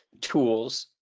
tools